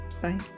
Bye